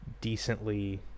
decently